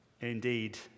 indeed